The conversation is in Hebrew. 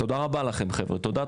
תודה רבה לכם חבר'ה, תודה.